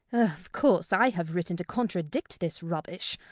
of course i have written to contradict this rubbish.